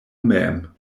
mem